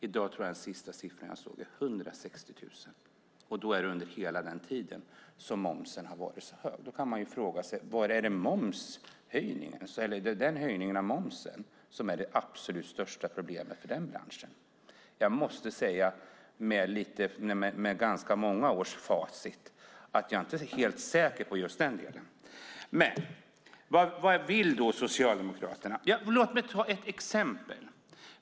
I dag är den senaste siffran jag såg 160 000. Denna utveckling har skett under hela den tid då momsen har varit så hög. Då kan man fråga sig: Är det momsen som är det absolut största problemet för den branschen? Med ganska många års facit i handen måste jag säga att jag inte är helt säker på det. Vad vill då Socialdemokraterna? Låt mig ta ett exempel.